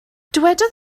dywedodd